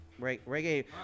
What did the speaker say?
reggae